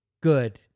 good